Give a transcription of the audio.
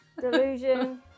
Delusion